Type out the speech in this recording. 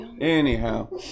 Anyhow